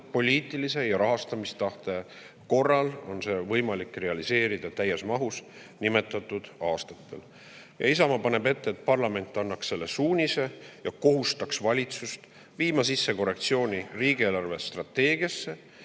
poliitilise ja rahastamistahte korral on see võimalik realiseerida täies mahus nimetatud aastatel. Isamaa paneb ette, et parlament annaks selle suunise ja kohustaks valitsust viima riigi eelarvestrateegiasse